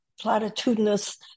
platitudinous